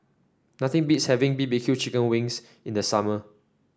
nothing beats having B B Q Chicken Wings in the summer